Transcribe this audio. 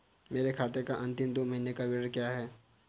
मेरे खाते का अंतिम दो महीने का विवरण क्या है?